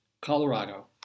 Colorado